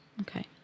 Okay